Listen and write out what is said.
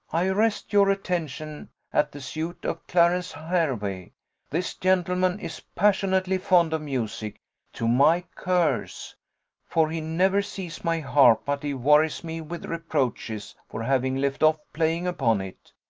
i arrest your attention at the suit of clarence hervey this gentleman is passionately fond of music to my curse for he never sees my harp but he worries me with reproaches for having left off playing upon it.